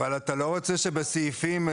שיהיו שני רגולטורים על אותו שירות לבית